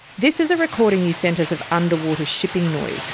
this is a recording you sent us of underwater shipping noise